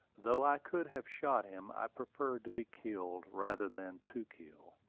though i could have shot him, i preferred to be killed rather than to kill.